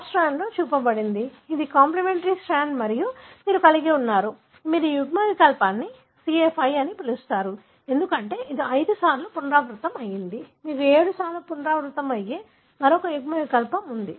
top స్ట్రాండ్లో చూపబడినది ఇది కాంప్లిమెంటరీ స్ట్రాండ్ మరియు మీరు కలిగి ఉన్నారు మీరు ఈ యుగ్మవికల్పాన్ని CA5 అని పిలుస్తారు ఎందుకంటే ఇది 5 సార్లు పునరావృతమైంది మీకు 7 సార్లు పునరావృతమయ్యే మరొక యుగ్మ వికల్పం ఉంది